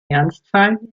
ernstfall